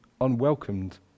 unwelcomed